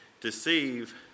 Deceive